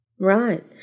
Right